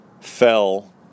fell